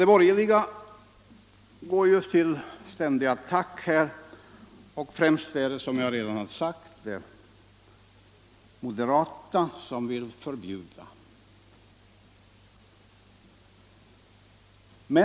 De borgerliga går ju till ständig attack här. Främst är det, som jag redan har sagt, moderaterna som vill förbjuda kollektivanslutningen.